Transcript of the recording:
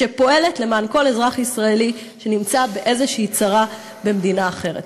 ופועלת למען כל אזרח ישראלי שנמצא באיזו צרה במדינה אחרת.